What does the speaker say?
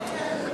כן, כן.